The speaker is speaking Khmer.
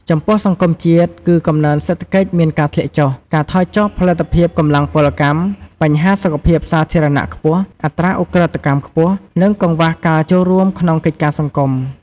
ចំពោះសង្គមជាតិគឺ កំណើនសេដ្ឋកិច្ចមានការធ្លាក់ចុះ ការថយចុះផលិតភាពកម្លាំងពលកម្ម បញ្ហាសុខភាពសាធារណៈខ្ពស់ អត្រាឧក្រិដ្ឋកម្មខ្ពស់ និងកង្វះការចូលរួមក្នុងកិច្ចការសង្គម។